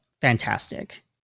fantastic